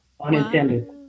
Unintended